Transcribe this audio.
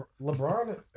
LeBron